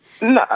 No